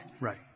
right